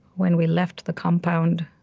when we left the compound,